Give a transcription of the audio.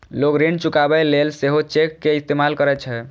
लोग ऋण चुकाबै लेल सेहो चेक के इस्तेमाल करै छै